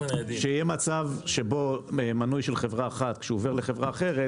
שיהיה מצב שמנוי של חברה אחת כשהוא עובר לחברה אחרת,